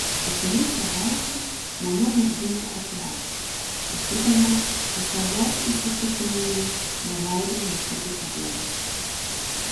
po kelių savaičių mama merginą atleido sakydama esą jos įsitikinimai neleidžią laikyti tarnaitės